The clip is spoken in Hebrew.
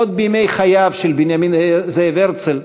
עוד בימי חייו של בנימין זאב הרצל,